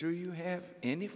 do you have any